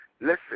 listen